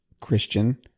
Christian